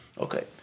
Okay